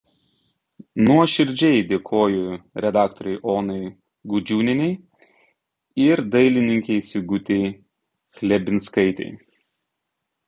nuoširdžiai dėkoju redaktorei onai gudžiūnienei ir dailininkei sigutei chlebinskaitei